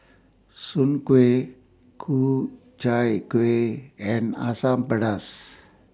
Soon Kway Ku Chai Kueh and Asam Pedas